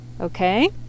Okay